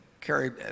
carried